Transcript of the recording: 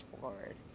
forward